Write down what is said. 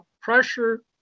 pressure